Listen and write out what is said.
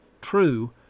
true